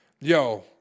yo